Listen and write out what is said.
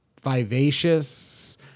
vivacious